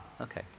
Okay